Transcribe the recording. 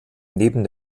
neben